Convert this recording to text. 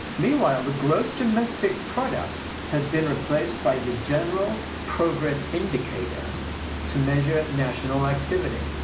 meanwhile, the gross domestic product has been replaced by the general progress indicator to measure national activity.